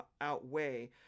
outweigh